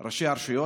ועד ראשי הרשויות,